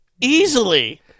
easily